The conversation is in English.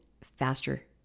faster